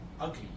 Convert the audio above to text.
ugly